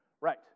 Right